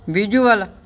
visual